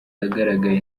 ahagaragaye